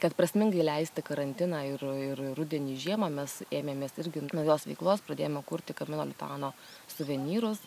kad prasmingai leisti karantiną ir ir ir rudenį žiemą mes ėmėmės irgi naujos veiklos pradėjome kurti kamino lituano suvenyrus